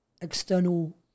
external